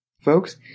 Folks